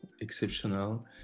exceptional